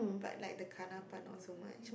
but like the kenna part not so much